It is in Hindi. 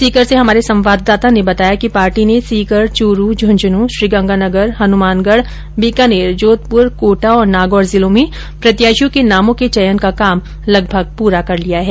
सीकर से हमारे सवांददाता ने बताया कि पार्टी ने सीकर चूरू झुंझुनूं श्रीगंगानगर हनुमानगढ बीकानेर जोधपुर कोटा और नागौर जिले में प्रत्याशियों के नामों के चयन का काम लगभग पूरा कर लिया है